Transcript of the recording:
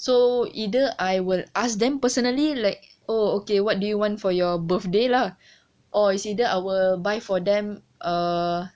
so either I will ask them personally like oh okay what do you want for your birthday lah or it's either I buy for them uh